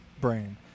brain